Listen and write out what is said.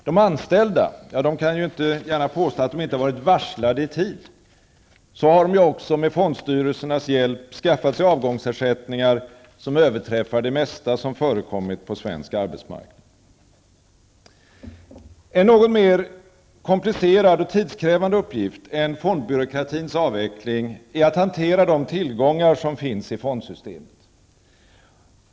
De anställda kan inte gärna påstå att de inte varit varslade i tid. Så har de ju också med fondstyrelsernas hjälp skaffat sig avgångsersättningar som överträffar det mesta som förekommit på svensk arbetsmarknad. En något mera komplicerad och tidskrävande uppgift än fondbyråkratins avveckling är att hantera de tillgångar som finns i fondsystemet.